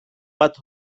bat